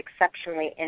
exceptionally